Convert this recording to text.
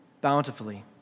bountifully